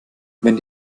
wenn